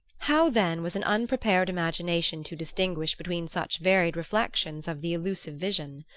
how, then, was an unprepared imagination to distinguish between such varied reflections of the elusive vision?